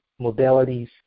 modalities